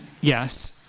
yes